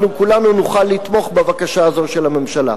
אנחנו כולנו נוכל לתמוך בבקשה הזאת של הממשלה.